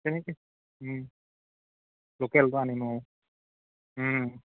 তেনেকৈ লোকেলটো আনিম অঁ